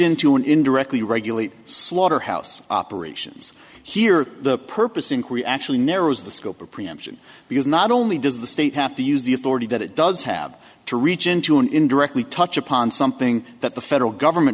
into an indirectly regulate slaughterhouse operations here the purpose inquiry actually narrows the scope of preemption because not only does the state have to use the authority that it does have to reach into an indirectly touch upon something that the federal government